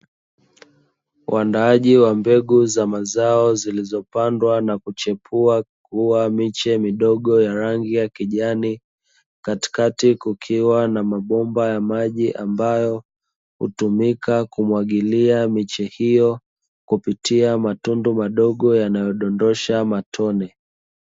Waandaji wa mbegu za mazao zilizopandwa na kuchepua kuwa miche midogo ya rangi ya kijani, katikati kukiwa na mabomba ya maji ambayo hutumika kumwagilia miche hiyo kupitia matundu madogo yanayodondosha matone.